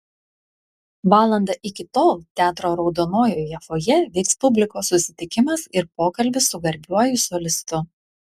valandą iki tol teatro raudonojoje fojė vyks publikos susitikimas ir pokalbis su garbiuoju solistu